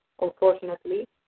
unfortunately